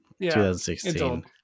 2016